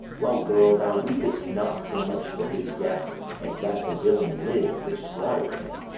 well, girl, thou weep'st not so much for his death as that the villain lives which slaughter'd him.